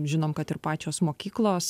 žinom kad ir pačios mokyklos